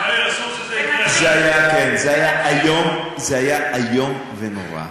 זה היה איום ונורא,